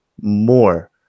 more